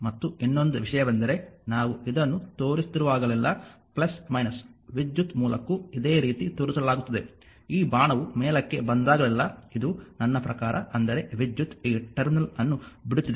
ಮತ್ತು ಇನ್ನೊಂದು ವಿಷಯವೆಂದರೆ ನಾವು ಇದನ್ನು ತೋರಿಸುತ್ತಿರುವಾಗಲೆಲ್ಲಾ − ವಿದ್ಯುತ್ ಮೂಲಕ್ಕೂ ಇದೇ ರೀತಿ ತೋರಿಸಲಾಗುತ್ತದೆ ಈ ಬಾಣವು ಮೇಲಕ್ಕೆ ಬಂದಾಗಲೆಲ್ಲಾ ಇದು ನನ್ನ ಪ್ರಕಾರ ಅಂದರೆ ವಿದ್ಯುತ್ ಈ ಟರ್ಮಿನಲ್ ಅನ್ನು ಬಿಡುತ್ತಿದೆ